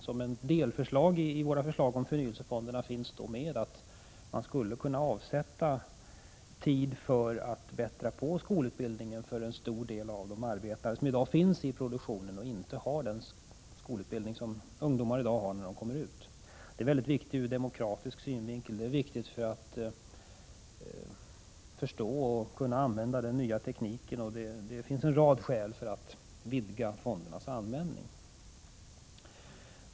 Som ett delförslag i våra förslag om förnyelsefonderna finns då med att man skulle kunna avsätta tid för att bättra på skolutbildningen för en stor del av de arbetare som i dag finns i produktionen och inte har den skolutbildning som ungdomar i dag har. Detta är viktigt ur demokratisk synvinkel, och det är viktigt för att förstå och kunna använda den nya tekniken. Det finns en rad skäl för att vidga fondernas användning.